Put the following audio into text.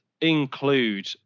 include